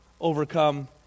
overcome